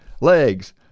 legs